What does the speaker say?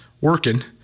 working